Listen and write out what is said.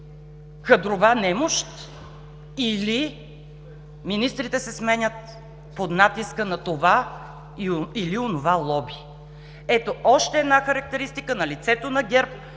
кадрова немощ или министрите се сменят под натиска на това или онова лоби? Ето, още една характеристика на лицето на ГЕРБ